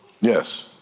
Yes